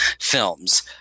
films